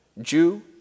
Jew